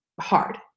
hard